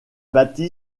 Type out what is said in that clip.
bâti